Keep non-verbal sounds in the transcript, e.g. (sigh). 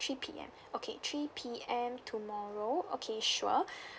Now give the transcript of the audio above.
three P_M okay three P_M tomorrow okay sure (breath)